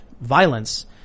violence